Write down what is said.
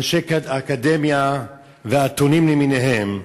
אנשי אקדמיה ואתונות למיניהם,